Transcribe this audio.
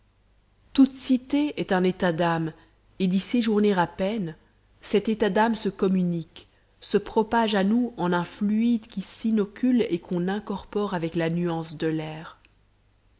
toute cité est un état d'âme et d'y séjourner à peine cet état d'âme se communique se propage à nous en un fluide qui s'inocule et qu'on incorpore avec la nuance de l'air